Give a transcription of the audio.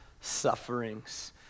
sufferings